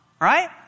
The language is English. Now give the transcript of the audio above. Right